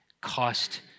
cost